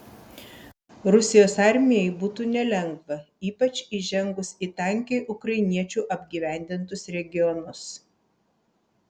rusijos armijai būtų nelengva ypač įžengus į tankiai ukrainiečių apgyvendintus regionus